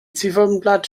ziffernblatt